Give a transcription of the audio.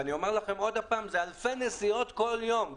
ושוב - זה אלפי נסיעות כל יום.